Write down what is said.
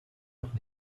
noch